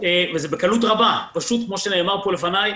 וזה בקלות רבה, פשוט כפי שנאמר פה לפניי: